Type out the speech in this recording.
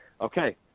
okay